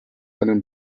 deinen